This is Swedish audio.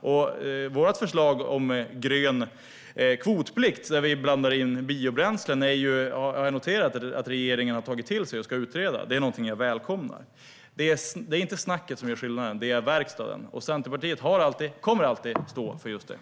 Jag har noterat att regeringen har tagit till sig och ska utreda vårt förslag om grön kvotplikt, där vi blandar in biobränslen. Det är någonting jag välkomnar. Det är inte snacket som gör skillnaden, utan det är verkstaden. Centerpartiet har alltid stått och kommer alltid att stå för just detta.